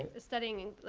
ah studying, like,